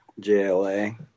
JLA